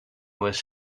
was